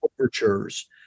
overtures